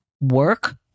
work